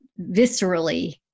viscerally